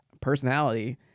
personality